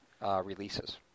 releases